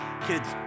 kids